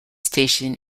station